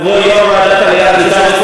יבוא יו"ר ועדת עלייה וקליטה,